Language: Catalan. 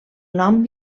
nom